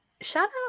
Shout-out